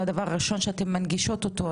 זה הדבר הראשון שאתן מנגישות אותו.